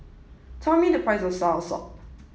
tell me the price of soursop